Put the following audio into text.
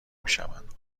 میشوند